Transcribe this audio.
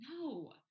No